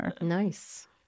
nice